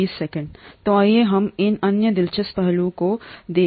तो आइए हम इस अन्य दिलचस्प पहलू को देखें